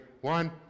One